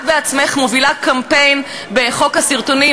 את בעצמך מובילה קמפיין על חוק הסרטונים,